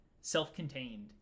self-contained